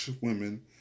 women